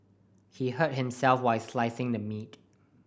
he hurt himself while slicing the meat